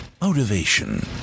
motivation